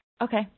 Okay